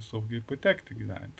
saugiai patekti gyventi